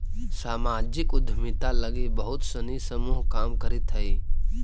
सामाजिक उद्यमिता लगी बहुत सानी समूह काम करित हई